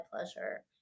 pleasure